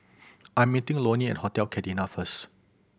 I'm meeting Lonnie at Hotel first